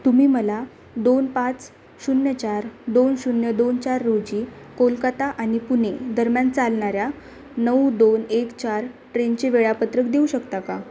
तुम्ही मला दोन पाच शून्य चार दोन शून्य दोन चार रोजी कोलकता आणि पुणे दरम्यान चालणाऱ्या नऊ दोन एक चार ट्रेनचे वेळापत्रक देऊ शकता का